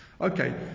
Okay